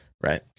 right